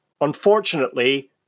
Unfortunately